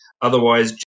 Otherwise